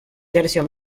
tercio